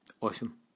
Awesome